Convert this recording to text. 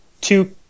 two